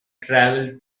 travel